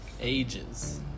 Ages